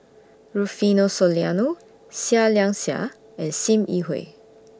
Rufino Soliano Seah Liang Seah and SIM Yi Hui